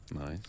Nice